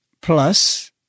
plus